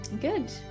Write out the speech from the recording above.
Good